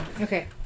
Okay